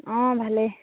অঁ ভালেই